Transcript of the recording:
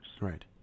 Right